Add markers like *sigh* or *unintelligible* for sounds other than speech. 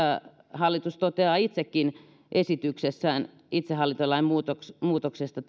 hallitus toteaa itsekin tässä esityksessään itsehallintolain muutoksesta *unintelligible*